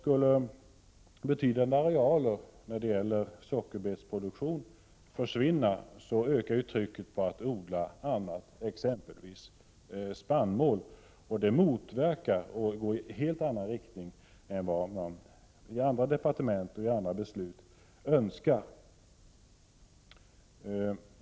Om betydande arealer med sockerbetsproduktion skulle försvinna ökar trycket på annan odling, exempelvis spannmål. Därmed motverkas bl.a. andra departements beslut.